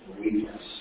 Weakness